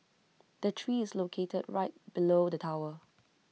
the tree is located right below the tower